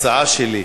הצעה שלי,